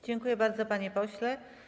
Dziękuję bardzo, panie pośle.